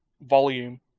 volume